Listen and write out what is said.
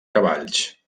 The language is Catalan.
cavalls